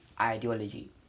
ideology